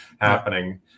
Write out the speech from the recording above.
happening